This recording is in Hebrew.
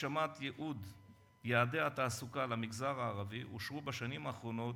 לצורך הגשמת יעדי התעסוקה למגזר הערבי אושרו בשנים האחרונות